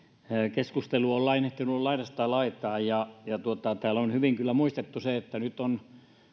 keskustelu on lainehtinut laidasta laitaan ja täällä on hyvin kyllä muistettu se että nyt on